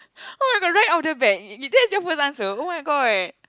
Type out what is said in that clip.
oh I got right off the bat that's your first answer oh-my-god